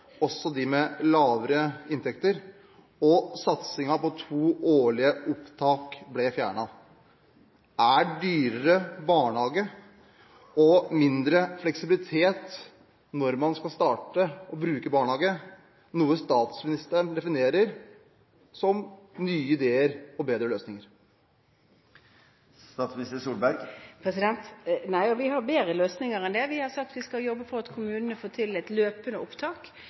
også for dem med lavere inntekter, og satsingen på to årlige opptak ble fjernet. Er dyrere barnehage og mindre fleksibilitet når man skal starte å bruke barnehage, noe statsministeren definerer som nye ideer og bedre løsninger? Nei, vi har bedre løsninger enn det. Vi har sagt at vi skal jobbe for at kommunene får til et løpende opptak,